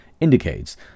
indicates